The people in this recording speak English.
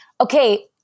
okay